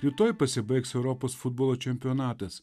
rytoj pasibaigs europos futbolo čempionatas